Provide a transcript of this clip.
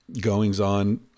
goings-on